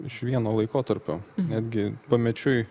iš vieno laikotarpio netgi pamečiui